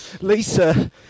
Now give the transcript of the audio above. lisa